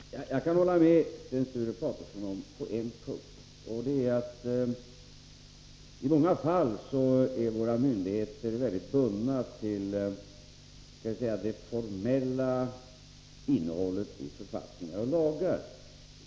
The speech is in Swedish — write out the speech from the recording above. Herr talman! Jag kan hålla med Sten Sture Paterson på en punkt, och det är att i många fall är våra myndigheter väldigt bundna till det formella innehållet i författningar och lagar.